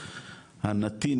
הנתין,